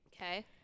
Okay